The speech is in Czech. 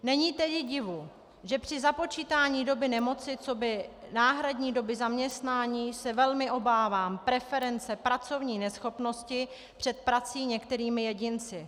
Není tedy divu, že při započítání doby nemoci coby náhradní doby zaměstnání se velmi obávám preference pracovní neschopnosti před prací některými jedinci.